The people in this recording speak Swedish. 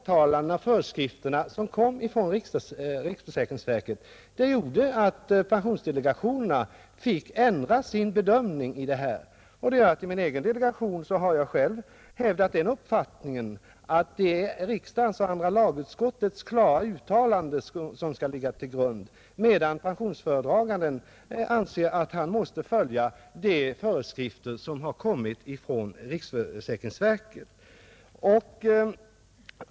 tillämpningen föreskrift från riksförsäkringsverket gjorde att pensionsdelegationerna «av bestämmelserna fick ändra sin bedömning. I min egen delegation har jag hävdat om förtidspension uppfattningen att det är riksdagens och andra lagutskottets klara för husmödrar uttalande som skall ligga till grund, medan pensionsföredraganden anser att han måste följa de föreskrifter som har kommit från riksförsäkringsverket.